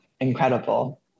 incredible